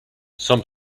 some